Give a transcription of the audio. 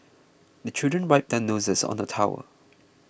the children wipe their noses on the towel